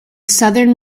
southern